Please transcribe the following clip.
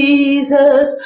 Jesus